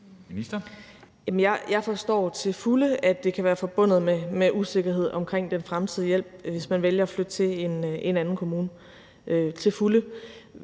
Jeg forstår til fulde, at det kan være forbundet med usikkerhed om den fremtidige hjælp, hvis man vælger at flytte til en anden kommune – til fulde.